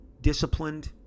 disciplined